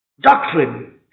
Doctrine